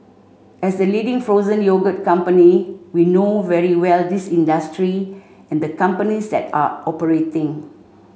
as the leading frozen yogurt company we know very well this industry and the companies that are operating